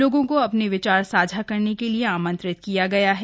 लोगों को अपने विचार साझा करने के लिए आंमत्रित किया गया है